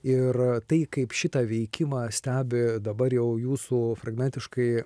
ir tai kaip šitą veikimą stebi dabar jau jūsų fragmentiškai